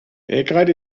belgrad